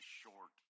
short